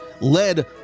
led